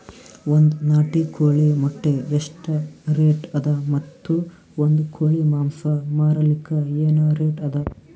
ಒಂದ್ ನಾಟಿ ಕೋಳಿ ಮೊಟ್ಟೆ ಎಷ್ಟ ರೇಟ್ ಅದ ಮತ್ತು ಒಂದ್ ಕೋಳಿ ಮಾಂಸ ಮಾರಲಿಕ ಏನ ರೇಟ್ ಅದ?